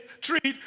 treat